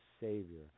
Savior